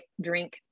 drink